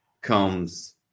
comes